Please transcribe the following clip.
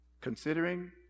Considering